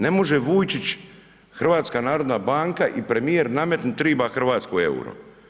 Ne može Vujčić, HNB i premijer nametnuti treba Hrvatskoj euro.